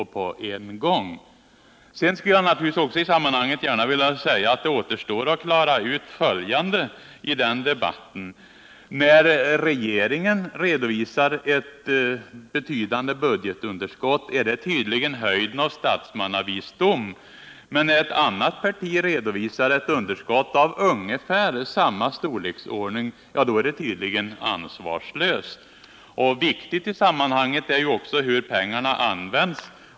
I sammanhanget vill jag också gärna säga att det återstår att klara ut en sak i debatten: När regeringen redovisar ett betydande budgetunderskott är det tydligen höjden av statsmannavisdom, men när ett annat parti redovisar ett underskott av ungefär samma storleksordning är det ansvarslöst. Det är också i detta sammanhang viktigt hur pengarna används.